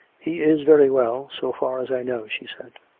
he is very well, so far as i know, she said.